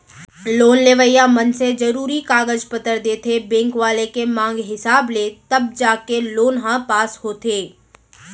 loan लेवइया मनसे जरुरी कागज पतर देथे बेंक वाले के मांग हिसाब ले तब जाके लोन ह पास होथे